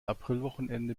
aprilwochenende